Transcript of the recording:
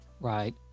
Right